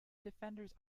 defenders